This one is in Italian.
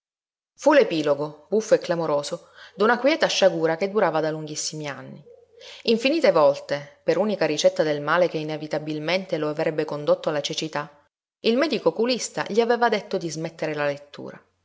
fu l'epilogo buffo e clamoroso d'una quieta sciagura che durava da lunghissimi anni infinite volte per unica ricetta del male che inevitabilmente lo avrebbe condotto alla cecità il medico oculista gli aveva detto di smettere la lettura